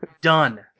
Done